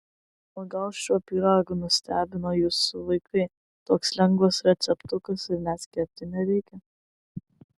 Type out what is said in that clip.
o gal šiuo pyragu nustebino jūsų vaikai toks lengvas receptukas ir net kepti nereikia